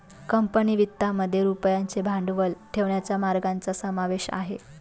company वित्तामध्ये रुपयाचे भांडवल ठेवण्याच्या मार्गांचा समावेश आहे